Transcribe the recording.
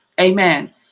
Amen